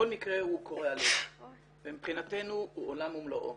כל מקרה הוא קורע לב ומבחינתנו הוא עולם ומלואו,